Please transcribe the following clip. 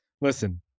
Listen